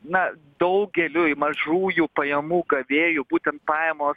na daugeliui mažųjų pajamų gavėjų būtent pajamos